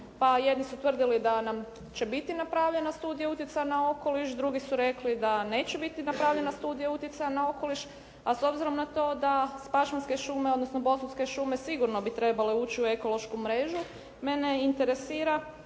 jedni su tvrdili da nam, će biti napravljena studija utjecaja na okoliš. Drugi su rekli da neće biti napravljena studija utjecaja na okoliš a s obzirom na to da s pašmanske šume odnosno bosutske šume sigurno bi trebale ući u ekološku mrežu mene interesira